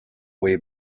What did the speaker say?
way